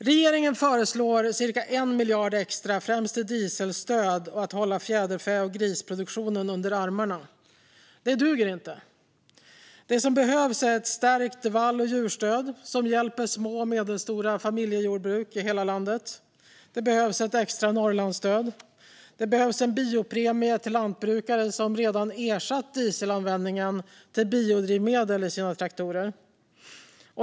Regeringen föreslår cirka 1 miljard extra främst till dieselstöd och till att hålla fjäderfä och grisproduktionen under armarna. Det duger inte. Det som behövs är ett starkt vall och djurstöd som hjälper små och medelstora familjejordbruk i hela landet. Det behövs ett extra Norrlandsstöd. Det behövs en biopremie till lantbrukare som redan ersatt dieselanvändningen med biodrivmedel i sina traktorer.